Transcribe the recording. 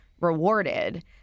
rewarded